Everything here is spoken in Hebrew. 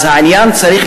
אז העניין צריך,